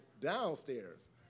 downstairs